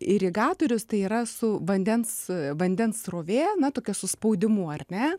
irigatorius tai yra su vandens vandens srovė na tokia su spaudimu ar ne